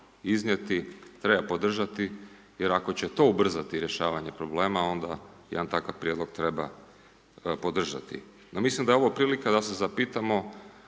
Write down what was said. iznijeti, treba podržati, jer ako će to ubrzati rješavanje problema, onda jedan takav prijedlog treba podržati. No mislim da je ovo prilika da se zapitamo